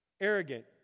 Arrogant